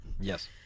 yes